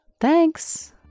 Thanks